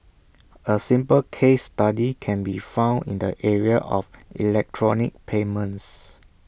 A simple case study can be found in the area of electronic payments